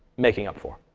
making up for.